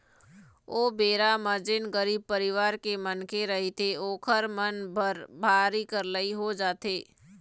ओ बेरा म जेन गरीब परिवार के मनखे रहिथे ओखर मन बर भारी करलई हो जाथे